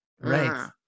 Right